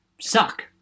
suck